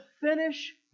finish